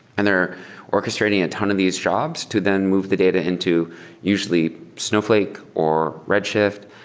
and they're orchestrating a ton of these jobs to then move the data into usually snowflake, or red shift,